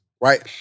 right